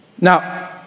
Now